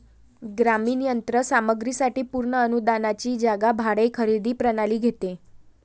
ग्रामीण यंत्र सामग्री साठी पूर्ण अनुदानाची जागा भाडे खरेदी प्रणाली घेते